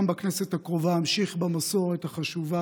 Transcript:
גם בכנסת הקרובה אמשיך במסורת החשובה